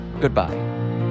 Goodbye